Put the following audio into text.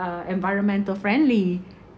uh environmental friendly